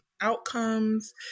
Outcomes